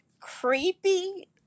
creepy